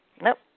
Nope